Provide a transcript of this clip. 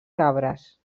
cabres